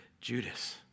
Judas